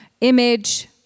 image